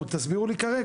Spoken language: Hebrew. תסבירו לי כרגע.